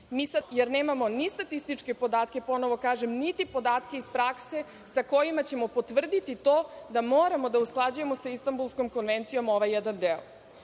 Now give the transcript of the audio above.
jer nemamo ni statističke podatke, ponovo kažem, niti podatke iz prakse sa kojima ćemo potvrditi to da moramo da usklađujemo sa Istambulskom konvencijom ovaj jedan deo,